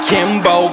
Kimbo